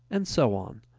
and so on.